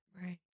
Right